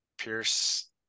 Pierce